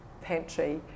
pantry